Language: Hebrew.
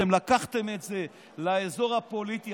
אתם לקחתם את זה לאזור הפוליטי.